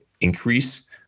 increase